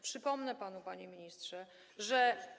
Przypomnę panu, panie ministrze, że.